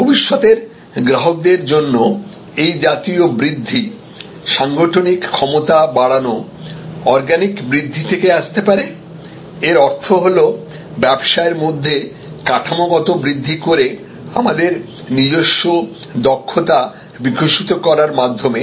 ভবিষ্যতের গ্রাহকদের জন্য এই জাতীয় বৃদ্ধি সাংগঠনিক সক্ষমতা বাড়ানো অর্গানিক বৃদ্ধি থেকে আসতে পারে এর অর্থ হল ব্যবসায়ের মধ্যে কাঠামোগত বৃদ্ধি করে আমাদের নিজস্ব দক্ষতা বিকশিত করার মাধ্যমে